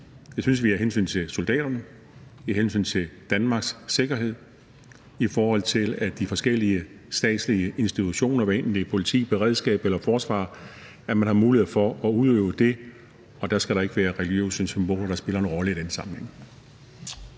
Det synes vi af hensyn til soldaterne, af hensyn til Danmarks sikkerhed, og i forhold til at man i de forskellige statslige institutioner, hvad enten det er politi, beredskab eller forsvar, har muligheder for at udøve det, og der skal der ikke være religiøse symboler, der spiller en rolle i den sammenhæng.